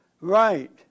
Right